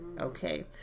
Okay